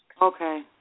Okay